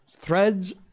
threads